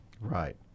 Right